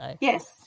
Yes